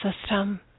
system